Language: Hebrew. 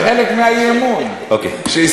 בסדר, זה חלק מהאי-אמון, אוקיי.